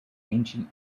ancient